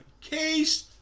case